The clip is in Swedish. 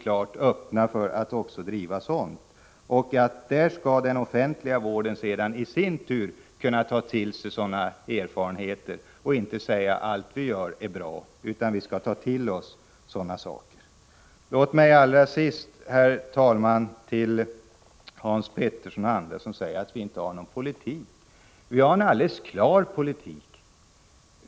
Låt mig allra sist, herr talman, till Hans Petersson i Hallstahammar och andra som påstår att vi inte har någon egen politik säga att vi har en alldeles klar politik.